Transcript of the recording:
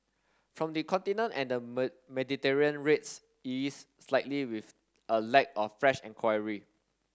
from the Continent and Mediterranean rates eased slightly with a lack of fresh enquiry